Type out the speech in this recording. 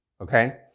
okay